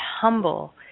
humble